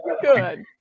good